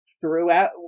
throughout